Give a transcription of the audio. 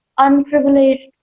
Unprivileged